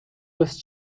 was